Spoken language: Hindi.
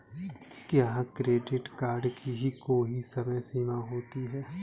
क्या क्रेडिट कार्ड की कोई समय सीमा होती है?